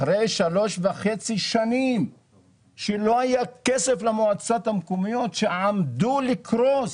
אחרי שלוש וחצי שנים שלא היה כסף למועצות המקומיות שעמדו לקרוס,